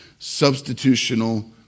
substitutional